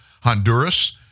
Honduras